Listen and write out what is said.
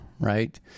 Right